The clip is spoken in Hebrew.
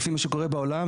לפי מה שקורה בעולם,